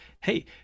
hey